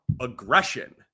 aggression